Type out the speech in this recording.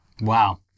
Wow